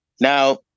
Now